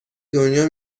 دنیا